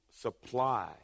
supply